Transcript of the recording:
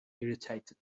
irritated